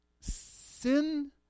Sin